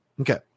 Okay